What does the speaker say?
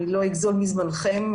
אני לא אגזול מזמנכם,